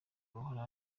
ruhora